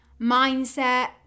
mindset